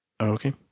Okay